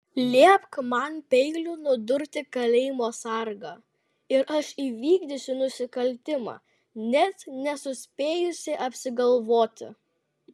liepk man peiliu nudurti kalėjimo sargą ir aš įvykdysiu nusikaltimą net nesuspėjusi apsigalvoti